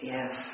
Yes